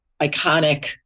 iconic